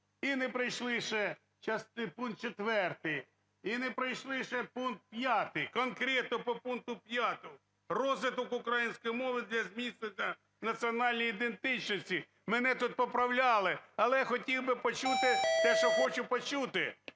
І не пройшли ще пункт 4. І не пройшли ще пункт 5. Конкретно по пункту 5. Розвиток української мови для зміцнення національної ідентичності. Мене тут поправляли, але хотів би почути те, що хочу почути.